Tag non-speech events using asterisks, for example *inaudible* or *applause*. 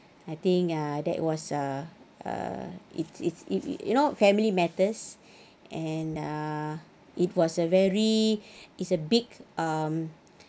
I think ah that was err it's it's it's you know family matters and uh it was a very is a big um *breath*